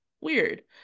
weird